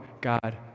God